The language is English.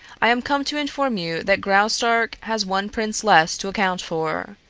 i am come to inform you that graustark has one prince less to account for.